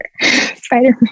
Spider-Man